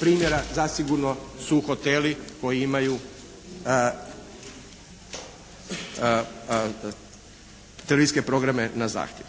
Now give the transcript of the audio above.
primjera zasigurno su hoteli koji imaju televizijske programe na zahtjev.